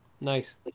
Nice